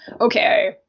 okay